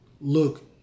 look